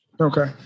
Okay